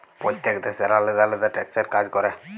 প্যইত্তেক দ্যাশের আলেদা আলেদা ট্যাক্সের কাজ ক্যরে